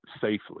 safely